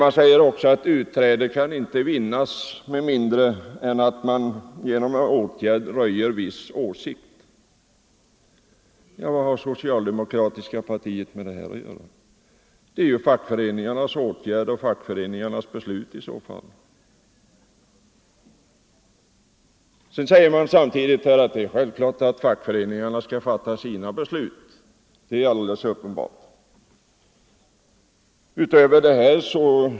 Man framhåller också att utträde inte kan vinnas med mindre än att medlemmen genom åtgärd röjer viss åsikt. Ja, vad har det socialdemokratiska partiet med det att göra? Det gäller i så fall fackföreningarnas åtgärder och beslut. Samtidigt menar man att det är självklart att fackföreningarna skall fatta sina egna beslut. Ja, det är ju alldeles uppenbart.